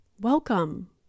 Welcome